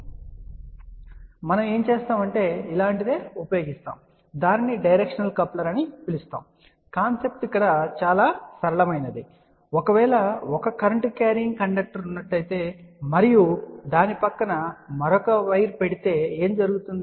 కాబట్టి మనం ఏం చేస్తామంటే ఇలాంటిదే ఉపయోగిస్తాము దానిని డైరెక్షనల్ కప్లర్ అని పిలుస్తారు కాన్సెప్ట్ చాలా సరళమైనది అది ఒకవేళ ఒక కరెంట్ క్యారియింగ్ కండక్టర్ ఉన్నట్లయితే మరియు మీరు దాని పక్కన మరొక వైర్ ను పెడితే ఏమి జరుగుతుంది